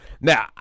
Now